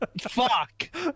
Fuck